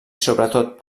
sobretot